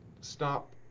stop